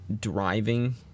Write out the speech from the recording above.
driving